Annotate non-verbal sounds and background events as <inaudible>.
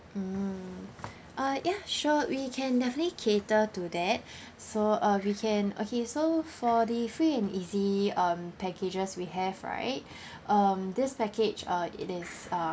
mm <breath> uh ya sure we can definitely cater to that <breath> so uh we can okay so for the free and easy um packages we have right <breath> um this package uh it is uh